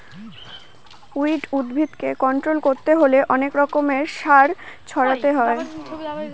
weed উদ্ভিদকে control করতে হলে অনেক রকমের সার ছড়াতে হয়